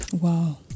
Wow